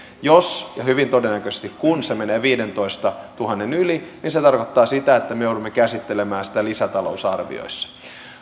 jos ja hyvin todennäköisesti kun se menee viidentoistatuhannen yli niin se tarkoittaa sitä että me joudumme käsittelemään sitä lisätalousarvioissa